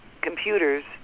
computers